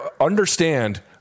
understand